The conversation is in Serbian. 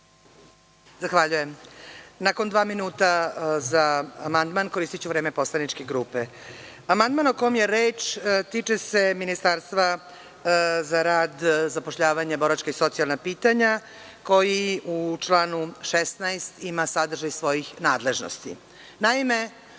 Zahvaljujem. Nakon dva minuta za amandman, koristiću vreme poslaničke grupe. Amandman o kome je reč tiče se Ministarstva za rad, zapošljavanje, boračka i socijalna pitanja, koji u članu 16. ima sadržaj svojih nadležnosti. Naime,